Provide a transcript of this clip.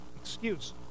excuse